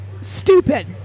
stupid